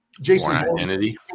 Jason